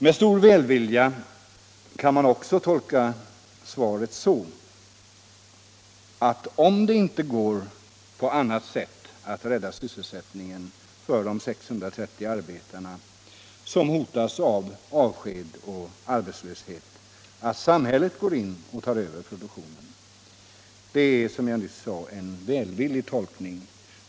Med stor välvilja kan man också tolka svaret så att om det inte går på annat sätt att rädda sysselsättningen för de 630 arbetare, som hotas av avsked och arbetslöshet, kommer samhället att gå in och ta över produktionen. Det är en, som jag nyss sade, välvillig tolkning.